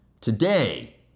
today